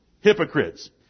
hypocrites